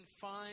find